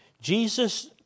jesus